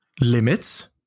limits